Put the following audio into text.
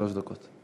שלוש דקות.